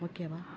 ஓகேவா